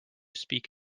speak